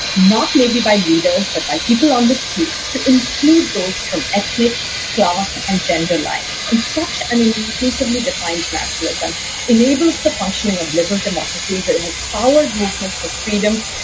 not maybe by leaders, but by people on the streets, to include those from ethnic class and gender lines. and such an inclusively defined nationalism enables the functioning of liberal democracies. it it has flowered movements for freedom.